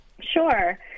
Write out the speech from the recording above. Sure